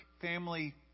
family